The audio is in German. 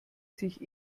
sich